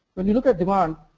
when you look at demand,